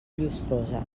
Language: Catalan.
llustrosa